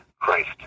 Christ